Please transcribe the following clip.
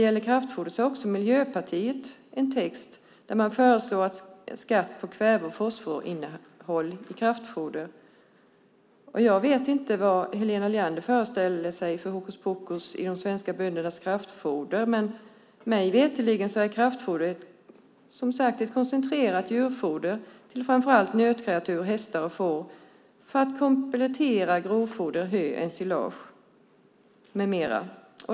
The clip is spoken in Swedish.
Miljöpartiet har en skrivelse där man föreslår en skatt på kväve och fosforinnehåll i kraftfoder. Jag vet inte vad Helena Leander föreställer sig för hokuspokus i de svenska böndernas kraftfoder. Mig veterligen är kraftfoder koncentrerat djurfoder till framför allt nötkreatur, hästar och får, för att komplettera grovfodren hö, ensilage, med mera.